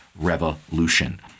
revolution